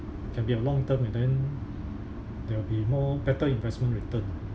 can be a long term and then there will be more better investment return